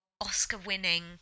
Oscar-winning